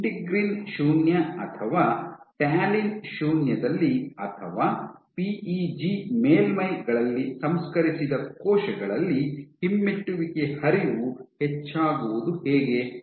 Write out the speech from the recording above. ಆದ್ದರಿಂದ ಇಂಟೆಗ್ರಿನ್ ಶೂನ್ಯ ಅಥವಾ ಟ್ಯಾಲಿನ್ ಶೂನ್ಯದಲ್ಲಿ ಅಥವಾ ಪಿಇಜಿ ಮೇಲ್ಮೈಗಳಲ್ಲಿ ಸಂಸ್ಕರಿಸಿದ ಕೋಶಗಳಲ್ಲಿ ಹಿಮ್ಮೆಟ್ಟುವಿಕೆಯ ಹರಿವು ಹೆಚ್ಚಾಗುವುದು ಹೇಗೆ